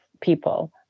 people